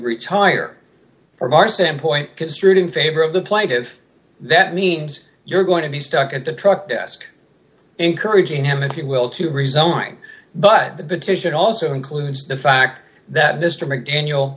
retire from our standpoint construed in favor of the plaintive that means you're going to be stuck at the truck desk encouraging them if you will to resign but the petition also includes the fact that mr mcdaniel